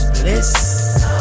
bliss